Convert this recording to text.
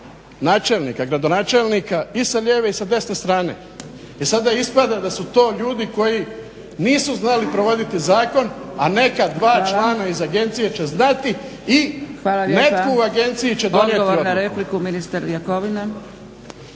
načelnika, gradonačelnika i sa lijeve i sa desne strane. I sada ispada da su to ljudi koji nisu znali provoditi zakon, a neka dva člana iz agencije će znati i netko u agenciji će donijeti odluku.